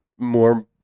more